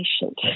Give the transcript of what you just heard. patient